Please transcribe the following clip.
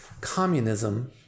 communism